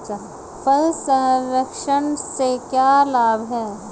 फल संरक्षण से क्या लाभ है?